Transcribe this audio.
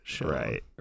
Right